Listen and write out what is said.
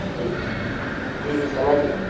جی جی جی سمجھ گئے